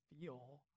feel